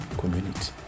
community